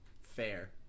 Fair